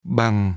bằng